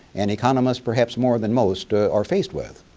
and economist, perhaps more then most, are faced with.